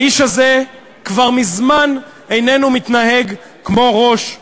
האיש הזה כבר מזמן איננו מתנהג כמו ראש רשות.